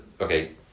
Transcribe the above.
okay